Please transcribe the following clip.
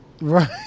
Right